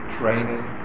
training